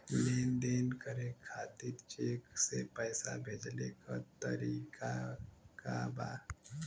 लेन देन करे खातिर चेंक से पैसा भेजेले क तरीकाका बा?